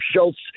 Schultz